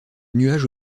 nuage